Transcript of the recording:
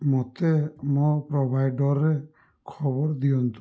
ମୋତେ ମୋ ପ୍ରୋଭାଇଡ଼ର୍ରେ ଖବର ଦିଅନ୍ତୁ